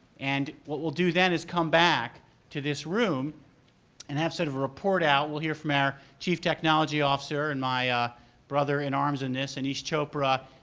and what we'll do then is come back to this room and have sent sort of a report out. we'll hear from our chief technology officer and my ah brother in arms in this, aneesh chopra,